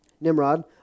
Nimrod